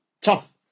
Tough